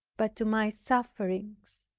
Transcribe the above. but to my sufferings